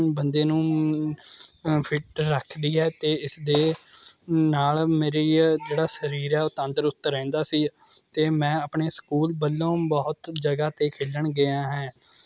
ਬੰਦੇ ਨੂੰ ਫਿੱਟ ਰੱਖਦੀ ਹੈ ਅਤੇ ਇਸਦੇ ਨਾਲ ਮੇਰੀ ਅ ਜਿਹੜਾ ਸਰੀਰ ਹੈ ਉਹ ਤੰਦਰੁਸਤ ਰਹਿੰਦਾ ਸੀ ਅਤੇ ਮੈਂ ਆਪਣੇ ਸਕੂਲ ਵੱਲੋਂ ਬਹੁਤ ਜਗ੍ਹਾ 'ਤੇ ਖੇਡਣ ਗਿਆ ਹਾਂ